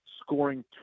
Scoring